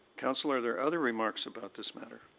councillor, there are other remarks about this matter?